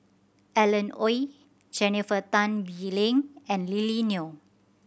Alan Oei Jennifer Tan Bee Leng and Lily Neo